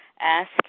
Ask